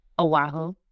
Oahu